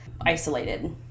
isolated